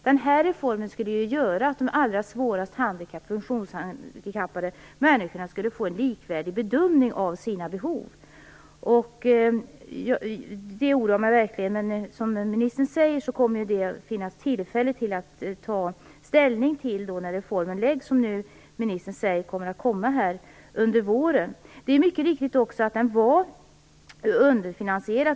Den här reformen skulle ju göra att de allra svårast funktionshandikappade människorna skulle få en likvärdig bedömning av sina behov. Detta oroar mig verkligen. Men som ministern säger kommer det att finnas tillfälle till att ta ställning till detta när förslaget till reformen läggs fram. Ministern säger ju att det kommer att komma här under våren. Det är riktigt att detta var underfinansierat.